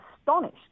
astonished